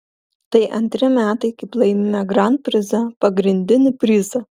tai antri metai kaip laimime grand prizą pagrindinį prizą